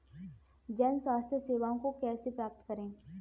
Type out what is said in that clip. जन स्वास्थ्य सेवाओं को कैसे प्राप्त करें?